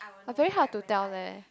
I very hard to tell leh